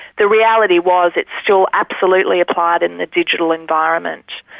the reality was it still absolutely applied in the digital environment.